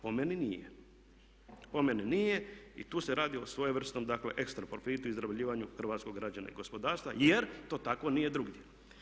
Po meni nije, po meni nije i tu se radi o svojevrsnom, dakle ekstra profitu, izrabljivanju hrvatskog građana i gospodarstva, jer to tako nije drugdje.